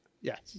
Yes